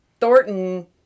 Thornton